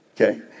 Okay